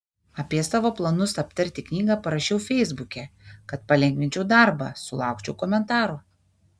apie savo planus aptarti knygą parašiau feisbuke kad palengvinčiau darbą sulaukčiau komentarų